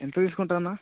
ఎంత తీసుకుంటారన్న